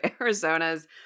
Arizona's